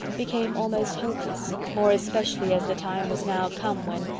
became almost hopeless, more especially as the time was now come when,